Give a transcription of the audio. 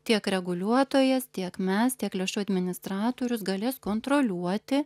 tiek reguliuotojas tiek mes tiek lėšų administratorius galės kontroliuoti